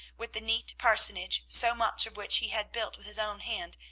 with the neat parsonage, so much of which he had built with his own hand,